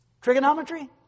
Trigonometry